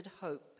hope